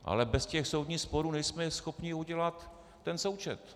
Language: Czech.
Ale bez těch soudních sporů nejsme schopni udělat ten součet.